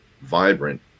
vibrant